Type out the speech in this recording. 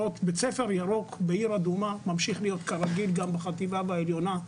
בית ספר ירוק בעיר אדומה ממשיך לפעול וללמוד כרגיל גם בחטיבה העליונה,